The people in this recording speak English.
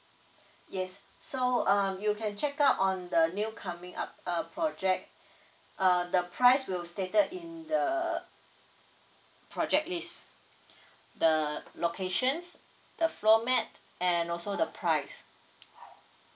yes so um you can check out on the new coming up uh project uh the price will stated in the uh project list the locations the floor map and also the price